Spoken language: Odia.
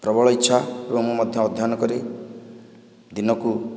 ପ୍ରବଳ ଇଚ୍ଛା ଏବଂ ମୁଁ ମଧ୍ୟ ଅଧ୍ୟୟନ କରି ଦିନକୁ